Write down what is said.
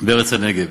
בארץ הנגב,